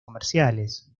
comerciales